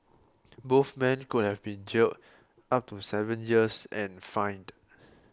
both men could have been jailed up to seven years and fined